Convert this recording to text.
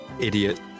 idiot